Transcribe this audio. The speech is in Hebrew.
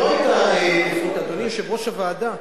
אדוני יושב-ראש הוועדה,